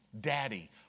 Daddy